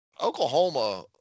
Oklahoma